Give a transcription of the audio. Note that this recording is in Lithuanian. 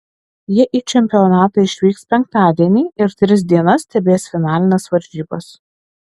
jie į čempionatą išvyks penktadienį ir tris dienas stebės finalines varžybas